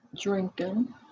drinking